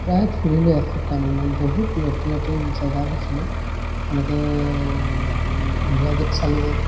প্ৰায় ফুৰিলোঁ এসপ্তাহমান মানে বহুত নতুন নতুন জেগা দেখিলোঁ এনেকৈ ইণ্ডিয়া গেট চালোঁগৈ